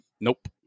Nope